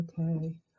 Okay